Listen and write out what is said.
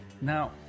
Now